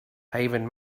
haven